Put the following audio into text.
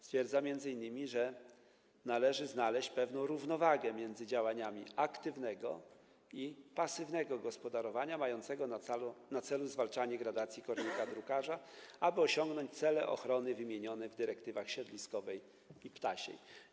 Stwierdza m.in., że: należy znaleźć pewną równowagę między działaniami aktywnego i pasywnego gospodarowania mającego na celu zwalczanie gradacji kornika drukarza, aby osiągnąć cele ochrony wymienione w dyrektywach siedliskowej i ptasiej.